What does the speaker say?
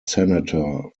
senator